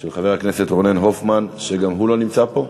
של חבר הכנסת רונן הופמן, שגם הוא לא נמצא פה.